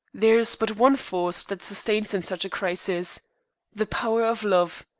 there is but one force that sustains in such a crisis the power of love.